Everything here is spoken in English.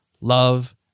love